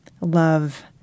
love